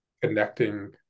Connecting